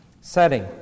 setting